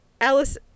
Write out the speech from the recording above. alice